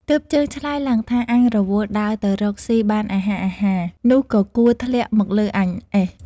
ទើបជើងឆ្លើយឡើងថា អញរវល់ដើរទៅរកស៊ីបានអាហារ ៗ នោះក៏គួរធ្លាក់ មកលើអញអេះ។